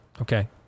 Okay